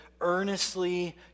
earnestly